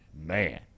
man